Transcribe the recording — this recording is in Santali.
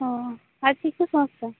ᱚ ᱟᱨ ᱪᱮᱫ ᱠᱚ ᱥᱚᱢᱚᱥᱥᱟ